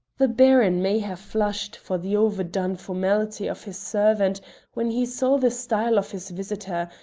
the baron may have flushed for the overdone formality of his servant when he saw the style of his visitor,